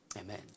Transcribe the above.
Amen